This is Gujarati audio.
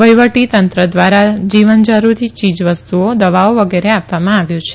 વહીવટી તંત્ર ધધ્વરા જીવન જરૂરી ચીજવસ્તુઓ દવાઓ વગેરે આપવામાં આવ્યું છે